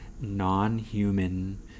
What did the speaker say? non-human